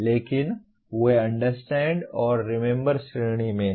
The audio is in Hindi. लेकिन वे अंडरस्टैंड और रिमेंबर श्रेणी में हैं